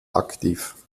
aktiv